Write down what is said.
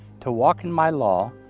to walk in my law,